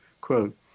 Quote